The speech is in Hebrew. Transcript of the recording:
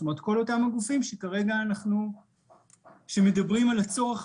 כלומר כל אותם הגופים שמדברים על הצורך